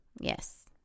Yes